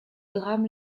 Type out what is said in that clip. drame